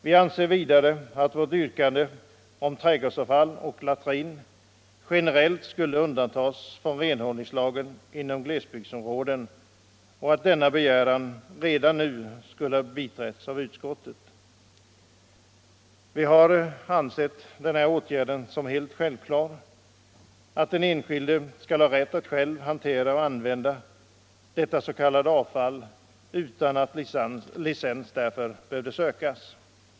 Vidare anser vi att vårt yrkande om att trädgårdsavfall och latrin generellt skulle undantas från renhållningslagen inom glesbygdsområden redan nu borde ha biträtts av utskottet. Vi har ansett det som självklart att den enskilde skall ha rätt att själv hantera och använda detta s.k. avfall utan att dispens behöver sökas.